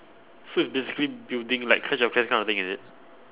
so it's basically building like clash of clans kind of thing is it